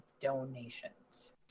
donations